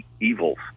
evils